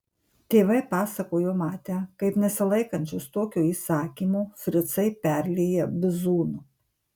tėvai pasakojo matę kaip nesilaikančius tokio įsakymo fricai perlieja bizūnu